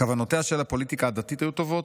"כוונותיה של הפוליטיקה הדתית היו טובות,